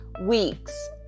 weeks